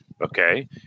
okay